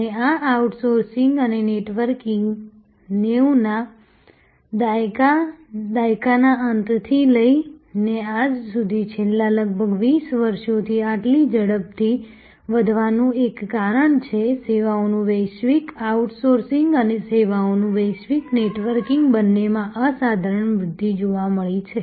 અને આ આઉટસોર્સિંગ અને નેટવર્કિંગ 90 ના દાયકાના અંતથી લઈને આજ સુધી છેલ્લા લગભગ 20 વર્ષોથી આટલી ઝડપથી વધવાનું એક કારણ છે સેવાઓનું વૈશ્વિક આઉટસોર્સિંગ અને સેવાઓનું વૈશ્વિક નેટવર્કિંગ બંનેમાં અસાધારણ વૃદ્ધિ જોવા મળી છે